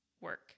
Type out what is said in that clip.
work